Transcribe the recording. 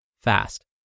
fast